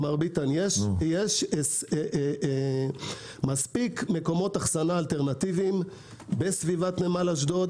יש מספיק מקומות אחסנה אלטרנטיביים בסביבת נמל אשדוד